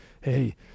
hey